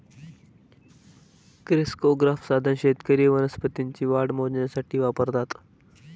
crescograph साधन शेतकरी वनस्पतींची वाढ मोजण्यासाठी वापरतात